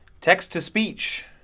Text-to-Speech